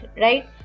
right